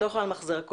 את לא יכולה למחזר הכל.